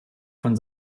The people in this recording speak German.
von